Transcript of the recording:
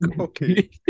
okay